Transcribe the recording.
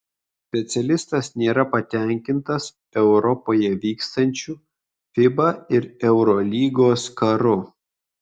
specialistas nėra patenkintas europoje vykstančiu fiba ir eurolygos karu